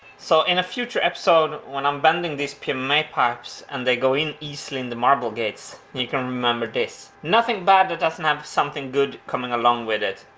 so in a future episode when i'm bending these pmma um pipes and they go in easily in the marble gates, you can remember this. nothing bad that doesn't have something good coming along with it.